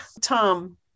Tom